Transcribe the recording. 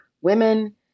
women